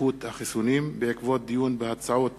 ובטיחות החיסונים, הצעות